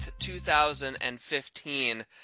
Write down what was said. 2015